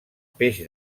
peix